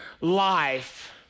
life